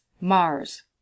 Mars